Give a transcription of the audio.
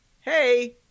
Hey